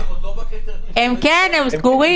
הם עוד לא --- הם כן, הם סגורים.